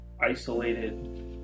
isolated